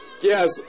Yes